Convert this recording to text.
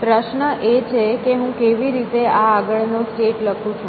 પ્રશ્ન એ છે કે હું કેવી રીતે આ આગળનો સ્ટેટ લખું છું